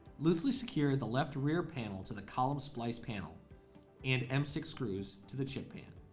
loosely secure the left rear panel to the column splice panel and m six screws to the chip pan